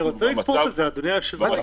אבל אני רוצה לכפור בזה, אדוני היושב-ראש.